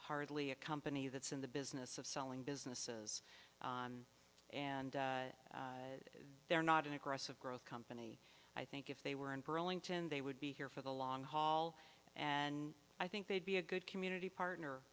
hardly a company that's in the business of selling businesses and they're not an aggressive growth company i think if they were in burlington they would be here for the long haul and i think they'd be a good community partner